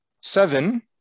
Seven